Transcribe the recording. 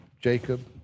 Jacob